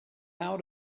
how